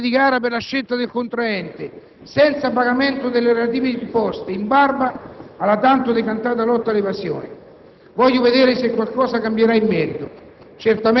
Il tutto avviene senza contratti, senza procedure di gara per la scelta del contraente, senza il pagamento delle relative imposte, in barba alla tanto decantata lotta all'evasione.